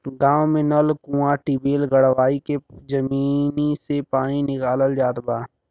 गांव में नल, कूंआ, टिबेल गड़वाई के जमीनी से पानी निकालल जात बा